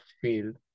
field